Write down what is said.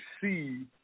see